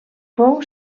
fou